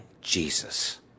Jesus